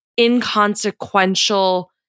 inconsequential